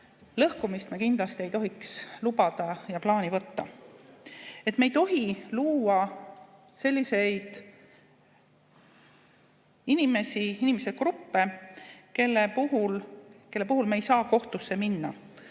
lõhkumist me kindlasti ei tohiks lubada ja plaani võtta. Me ei tohi luua selliseid inimesi, inimeste gruppe, kelle puhul me ei saa kohtusse minna.